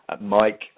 Mike